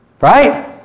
Right